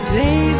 day